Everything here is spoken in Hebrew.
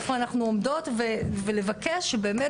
איפה אנחנו עומדות ולבקש שבאמת,